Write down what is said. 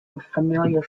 familiar